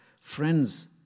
friends